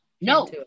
no